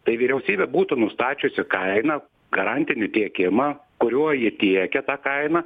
tai vyriausybė būtų nustačiusi kainą garantinį tiekimą kuriuo ji tiekia tą kainą